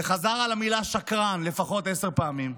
וחזר על המילה "שקרן" לפחות עשר פעמים,